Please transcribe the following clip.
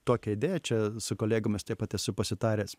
tokią idėją čia su kolegomis taip pat esu pasitaręs